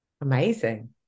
Amazing